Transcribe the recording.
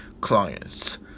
Clients